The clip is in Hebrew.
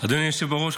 אדוני היושב בראש,